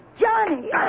Johnny